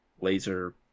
laser